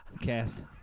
Cast